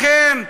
לכן,